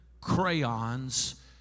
crayons